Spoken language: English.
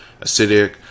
acidic